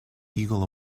eagle